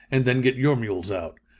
and then get your mules out.